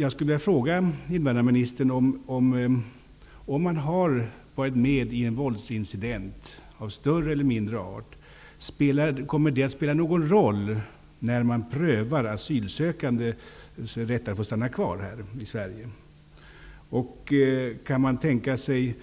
Jag skulle vilja fråga invandrarministern om det kommer att spela någon roll att den asylsökanden har varit med i en våldsincident av större eller mindre art när man prövar den asylsökandes rätt att få stanna kvar i Sverige. Kan man tänka sig